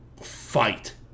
fight